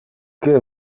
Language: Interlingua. que